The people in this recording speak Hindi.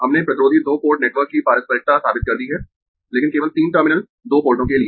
हमने प्रतिरोधी दो पोर्ट नेटवर्क की पारस्परिकता साबित कर दी है लेकिन केवल तीन टर्मिनल दो पोर्टों के लिए